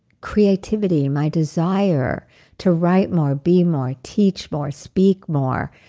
creativity, my desire to write more, be more, teach more, speak more.